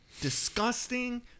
disgusting